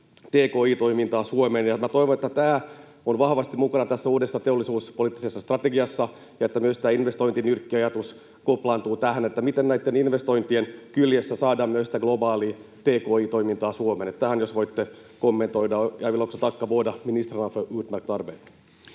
tki-toimintaa Suomeen. Minä toivon, että tämä on vahvasti mukana uudessa teollisuuspoliittisessa strategiassa ja että myös investointinyrkkiajatus koplaantuu tähän, miten näitten investointien kyljessä saadaan myös globaalia tki-toimintaa Suomeen. Tähän jos voitte kommentoida. Jag vill också tacka båda ministrarna för utmärkt arbete.